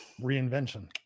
Reinvention